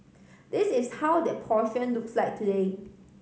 this is how that looks like today